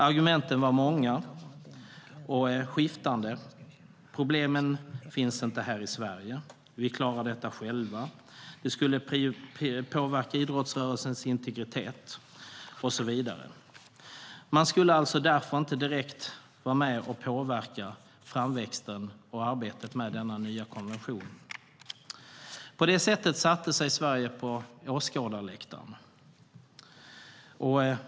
Argumenten var många och skiftande: Problemen finns inte här i Sverige, vi klarar detta själva, det skulle påverka idrottsrörelsens integritet och så vidare. Man skulle alltså därför inte direkt vara med och påverka framväxten och arbetet med denna nya konvention. På det sättet satte sig Sverige på åskådarläktaren.